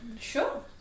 sure